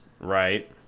right